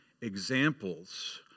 examples